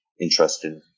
interested